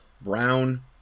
brown